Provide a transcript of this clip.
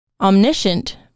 Omniscient